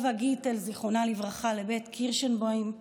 טובה גיטל, זיכרונה לברכה, לבית קירשנבאום,